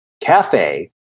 cafe